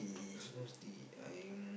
Snow-City I'm